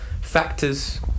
factors